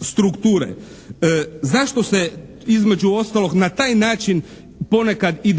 strukture. Zašto se između ostalog na taj način ponekad i